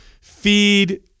Feed